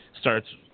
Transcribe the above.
starts